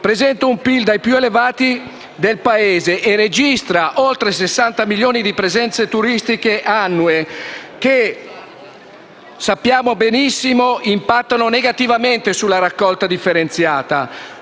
presenta un PIL tra i più elevati del Paese e registra oltre 60 milioni di presenze turistiche annue che - lo sappiamo benissimo - impattano negativamente sulla raccolta differenziata.